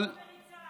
מה עם המריצה?